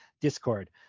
Discord